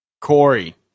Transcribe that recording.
Corey